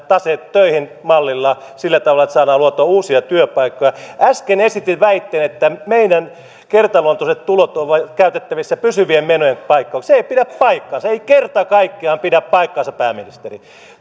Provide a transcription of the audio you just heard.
tase töihin mallilla sillä tavalla että saadaan luotua uusia työpaikkoja äsken esititte väitteen että meidän kertaluontoiset tulot ovat käytettävissä pysyvien menojen paikkaukseen se ei pidä paikkaansa ei kerta kaikkiaan pidä paikkaansa pääministeri